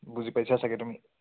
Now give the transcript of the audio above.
বুজি পাইছা চাগৈ তুমি